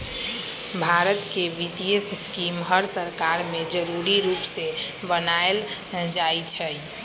भारत के वित्तीय स्कीम हर सरकार में जरूरी रूप से बनाएल जाई छई